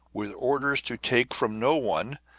with orders to take from no one,